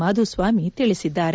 ಮಾಧುಸ್ವಾಮಿ ತಿಳಿಸಿದ್ದಾರೆ